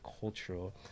cultural